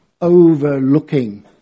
Overlooking